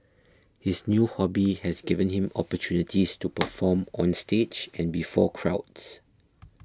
his new hobby has given him opportunities to perform on stage and before crowds